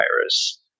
virus